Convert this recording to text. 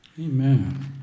Amen